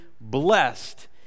blessed